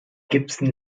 gibson